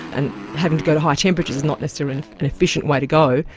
and having to go to high temperatures, not necessarily an efficient way to go.